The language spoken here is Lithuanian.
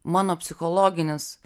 mano psichologinis